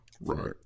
Right